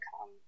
come